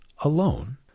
alone